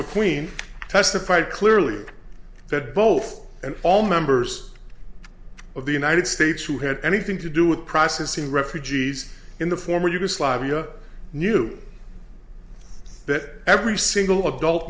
mcqueen testified clearly that both and all members of the united states who had anything to do with processing refugees in the former yugoslavia knew that every single adult